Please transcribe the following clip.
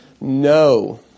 No